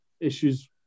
issues